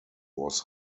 was